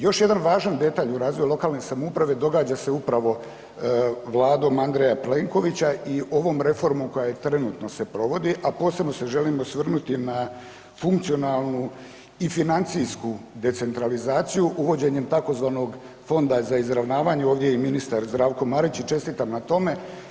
Još jedan važan detalj u razvoju lokalne samouprave događa se upravo vladom Andreja Plenkovića i ovom reformom koja trenutno se provodi, a posebno se želim osvrnuti na funkcionalnu i financijsku decentralizaciju uvođenjem tzv. Fonda za izravnavanje, ovdje je i ministar Zdravko Marić i čestitam na tome.